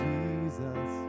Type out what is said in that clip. Jesus